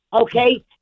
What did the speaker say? okay